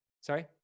Sorry